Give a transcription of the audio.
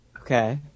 Okay